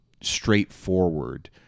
straightforward